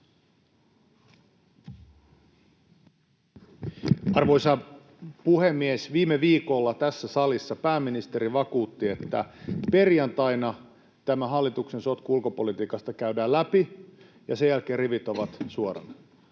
Arvoisa puhemies! Viime viikolla tässä salissa pääministeri vakuutti, että perjantaina tämä hallituksen sotku ulkopolitiikasta käydään läpi ja sen jälkeen rivit ovat suorana.